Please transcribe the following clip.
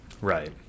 Right